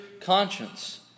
conscience